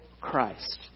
Christ